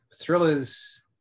thrillers